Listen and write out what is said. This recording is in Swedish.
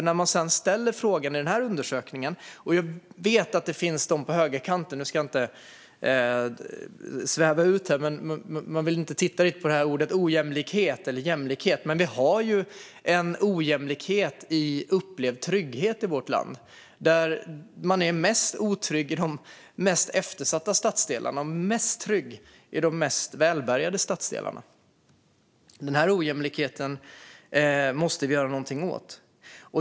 Nu ska jag inte sväva ut här, men jag vet att det finns de på högerkanten som inte riktigt tycker om orden ojämlikhet och jämlikhet. Vi har dock en ojämlikhet i upplevd trygghet i vårt land. Man är mest otrygg i de mest eftersatta stadsdelarna och mest trygg i de mest välbärgade stadsdelarna. Den här ojämlikheten måste vi göra någonting åt.